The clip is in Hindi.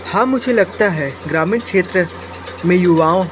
हाँ मुझे लगता है ग्रामीण क्षेत्र में युवाओं